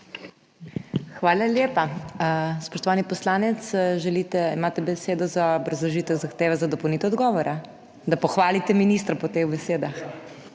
Hvala lepa. Spoštovani poslanec, če želite, imate besedo za obrazložitev zahteve za dopolnitev odgovora, da pohvalite ministra po teh besedah.